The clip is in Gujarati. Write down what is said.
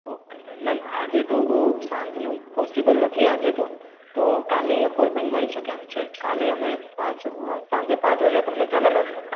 ઓકે મેમ મેમ આજે તો બહુ સાંજનું પોસિબલ નથી આજે તો તો કાલે એપોઇન્ટમેન્ટ મળી શકે એમ છે કાલે અમે પાંચ સાંજે પાંચ વાગ્યે તમને ચાલે મેમ